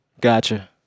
Gotcha